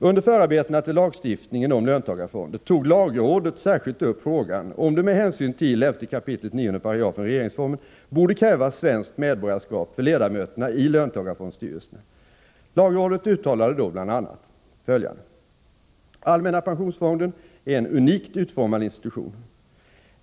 Under förarbetena till lagstiftningen om löntagarfonder tog lagrådet särskilt upp frågan om det med hänsyn till 11 kap. 9 § regeringsformen borde krävas svenskt medborgarskap för ledamöterna i löntagarfondsstyrelserna. Lagrådet uttalade då bl.a.: ”Allmänna pensionsfonden är en unikt utformad institution.